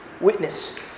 Witness